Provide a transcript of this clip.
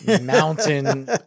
mountain